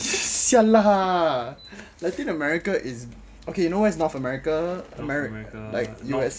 !siala! latin america in okay you know where is north america